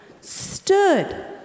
stood